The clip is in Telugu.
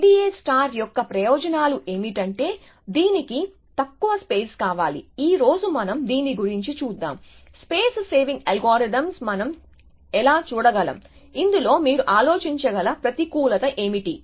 IDA యొక్క ప్రయోజనాలు ఏమిటంటే దీనికి తక్కువ స్పేస్ కావాలి ఈ రోజు మనం దీని గురించి చూద్దాం స్పేస్ సేవింగ్ అల్గోరిథమ్స్ మనం ఎలా చూడగలం ఇందులో మీరు ఆలోచించగల ప్రతికూలత ఏమిటి